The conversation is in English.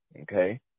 Okay